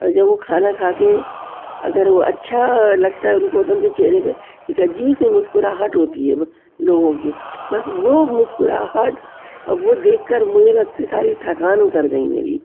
جب وہ کھانا کھا کے اگر وہ اچھا لگتا ہے ان کو تو ان کے چہرے پہ ایک عجیب سی مسکراہٹ ہوتی ہے لوگوں کی بس وہ مسکراہٹ وہ دیکھ کر مجھے لگتا ہے ساری تھکان اتر گئی میری